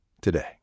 Today